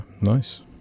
nice